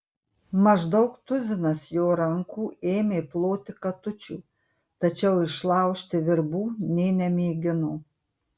maždaug tuzinas jo rankų ėmė ploti katučių tačiau išlaužti virbų nė nemėgino